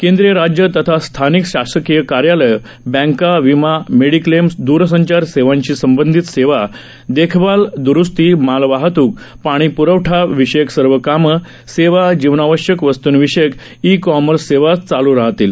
केंद्रीय राज्य तथा स्थानिक शासकीय कार्यालय बँका विमा मेडीक्लेम दूरसंचार सेवांशी संबंधित सेवा देखभाल द्रुस्ती मालवाहतूक पाणीप्रवठा विषयक सर्व कामं सेवा जीवनावश्यक वस्तूविषयक ई कॉमर्स सेवा चालू राहतील